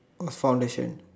what's foundation